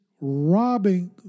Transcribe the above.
robbing